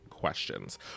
Questions